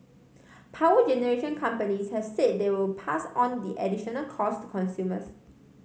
power generation companies has said they will pass on the additional cost to consumers